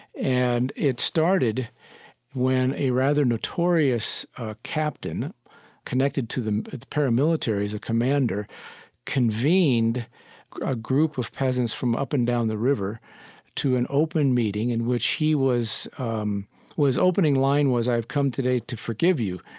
and it started when a rather notorious captain connected to the paramilitary as a commander convened a group of peasants from up and down the river to an open meeting in which he was um his opening line was, i've come today to forgive you.